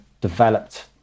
developed